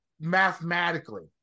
mathematically